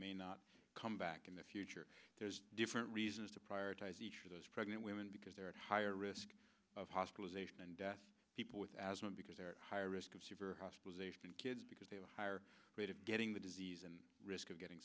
may not come back in the future there's different reasons to prioritize each of those pregnant women because they're at higher risk of hospitalization and people with asthma because they're at higher risk of severe hospitalization and kids because they are a higher rate of getting the disease and risk of getting